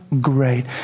great